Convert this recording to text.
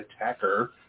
attacker